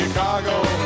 Chicago